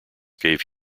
gave